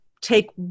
take